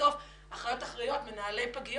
בסוף אחיות אחראיות, מנהלי פגיות,